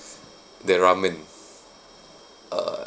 the ramen uh